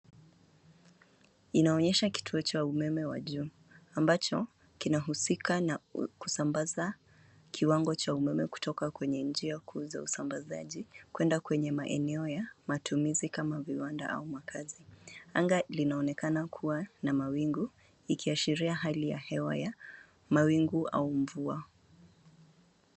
Inaonyesha kituo cha umeme wa juu ambacho kinahusika na kusambaza kiwango cha umeme kutoka kwenye njia kuu za usambasaji kuenda kwenye maeneo ya matumizi kama viwanda au makazi. Anga linaonekana kuwa na mawingu likiashiria hali ya hewa ya mawingu au mvua.